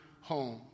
home